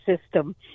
system